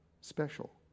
special